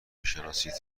میشناسید